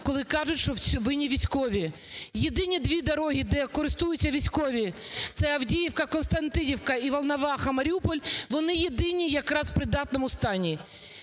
коли кажуть, що винні військові. Єдині дві дороги, де користуються військові, це Авдіївка – Костянтинівка і Волноваха – Маріуполь, вони єдині якраз у придатному стані,